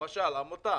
למשל, עמותה